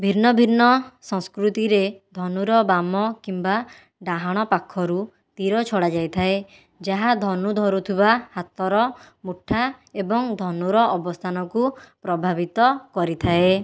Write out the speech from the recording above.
ଭିନ୍ନ ଭିନ୍ନ ସଂସ୍କୃତିରେ ଧନୁର ବାମ କିମ୍ବା ଡାହାଣ ପାଖରୁ ତୀର ଛଡ଼ାଯାଇଥାଏ ଯାହା ଧନୁ ଧରୁଥିବା ହାତର ମୁଠା ଏବଂ ଧନୁର ଅବସ୍ଥାନକୁ ପ୍ରଭାବିତ କରିଥାଏ